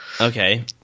Okay